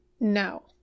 no